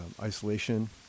isolation